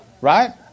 Right